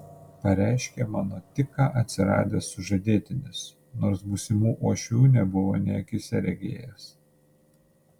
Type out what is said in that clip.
pareiškė mano tik ką atsiradęs sužadėtinis nors būsimų uošvių nebuvo nė akyse regėjęs